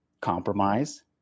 compromise